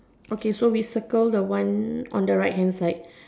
okay so we circle the one on the right inside